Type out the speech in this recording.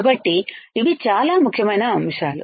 కాబట్టి ఇవి చాలా ముఖ్యమైన అంశాలు